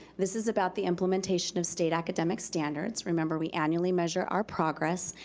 this is about the implementation of state academic standards. remember we annually measure our progress,